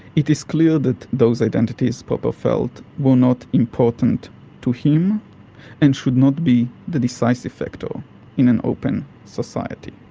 it is clear that those identities, popper felt, were not important to him and should not be the decisive factor in an open society.